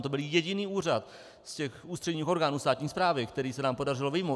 To byl jediný úřad z těch ústředních orgánů státní správy, který se nám podařilo vyjmout.